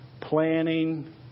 planning